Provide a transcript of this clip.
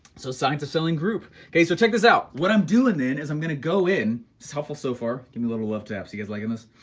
so science is selling group. okay, so check this out. what i'm doing then is i'm going to go in. it's helpful so far, give me a little love tap. so you guys liking this?